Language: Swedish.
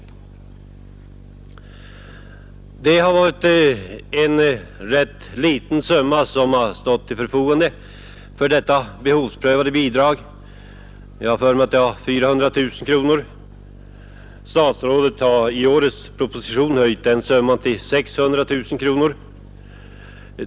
Det belopp som stått till förfogande för detta behovsprövade bidrag har varit ganska litet. Jag har för mig att det har varit 400 000 kronor. Statsrådet har i årets proposition höjt den summan till 600 000 kronor.